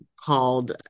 called